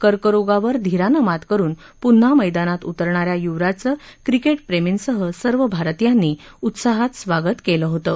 कर्करोगावर धीरानं मात करून पुन्हा मैदानात उतरणाऱ्या युवराजचं क्रिकेटप्रेमींसह सर्व भारतीयांनी उत्साहात स्वागत केलं होतं